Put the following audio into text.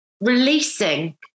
releasing